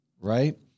right